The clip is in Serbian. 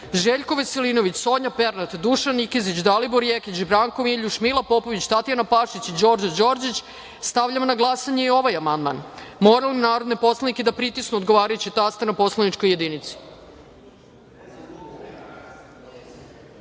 Željko Veselinović, Sonja Pernat, Dušan Nikezić, Dalibor Jekić, Branko Miljuš, Mila Popović, Tatjana Pašić i Đorđe Đorđić. Stavljam na glasanje i ovaj amandman. Molim narodne poslanike da pritisnu odgovarajući taster na poslaničkoj